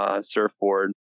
surfboard